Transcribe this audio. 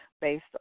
based